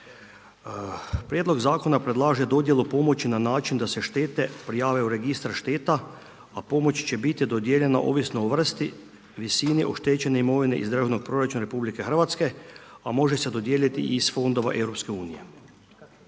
Prijedlog Zakona predlaže dodjelu pomoći na način da se štete prijave u registar šteta, a pomoć će biti dodijeljena ovisno o vrsti, visini oštećene imovine iz državnog proračuna RH, a može se dodijeliti i iz fondova EU.